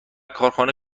کارخانه